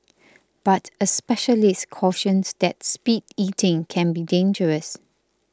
but a specialist cautions that speed eating can be dangerous